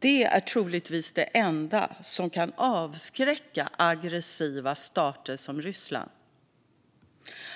Det är troligtvis det enda som kan avskräcka aggressiva stater som Ryssland.